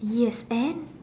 yes and